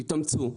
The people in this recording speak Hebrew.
תתאמצו,